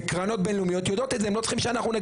וקרנות בין לאומיות יודעות את זה,